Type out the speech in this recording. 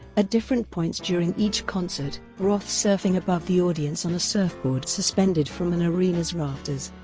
ah different points during each concert, roth surfing above the audience on a surfboard suspended from an arena's rafters,